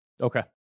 Okay